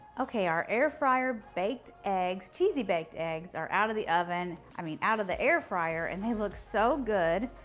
okay, our air fryer baked eggs, cheesy baked eggs, are out of the oven, i mean out of the air fryer, and they look so good.